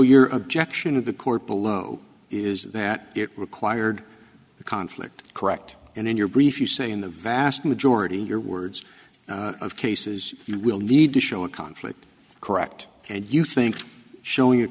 your objection of the court below is that it required a conflict correct and in your brief you say in the vast majority of your words of cases you will need to show a conflict correct and you think showing a